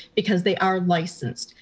because they are licensed,